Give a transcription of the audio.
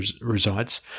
resides